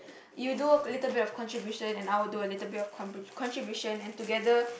you do a little bit of contribution and I'll do a little bit of contribution and together